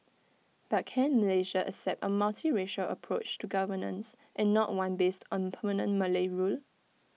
but can Malaysia accept A multiracial approach to governance and not one based on permanent Malay rule